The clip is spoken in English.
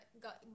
got